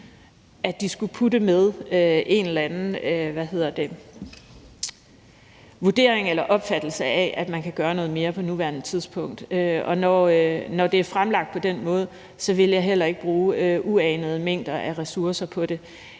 at man skulle putte med en eller anden vurdering eller opfattelse af, at man kan gøre noget mere på nuværende tidspunkt. Og når det er fremlagt på den måde, ville jeg heller ikke bruge uanede mængder af ressourcer på det.